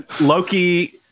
Loki